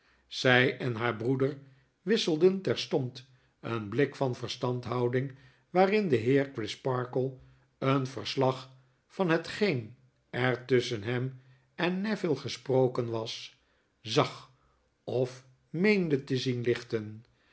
zy en haar broeder wisselden ter stond een blik van verstandhouding waarin de heer crisparkle een verslag van hetgeen er tusschen hem en neville gesproken was zag of meende te zien lichten